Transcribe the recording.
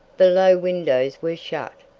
the low windows were shut,